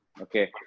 Okay